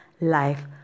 life